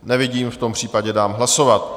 Nevidím, v tom případě dám hlasovat.